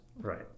Right